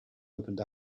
opened